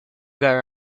gare